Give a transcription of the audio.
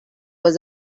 was